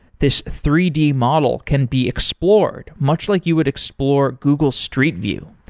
this three d model can be explored much like you would explore google street view.